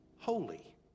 holy